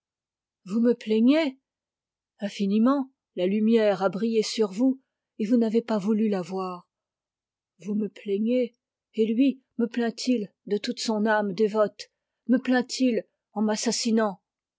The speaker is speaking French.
vous me plaignez infiniment la lumière a brillé sur vous et vous n'avez pas voulu la voir vous me plaignez et lui me plaint il de toute son âme dévote me plaint il en m'assassinant